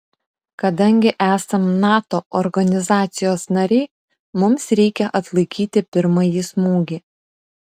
kadangi esam nato organizacijos nariai mums reikia atlaikyti pirmąjį smūgį